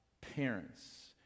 parents